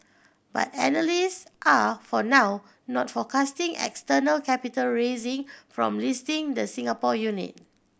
but analysts are for now not forecasting external capital raising from listing the Singapore unit